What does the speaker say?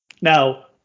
Now